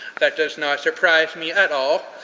that does not surprise me at all.